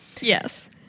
yes